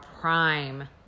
prime